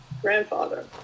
grandfather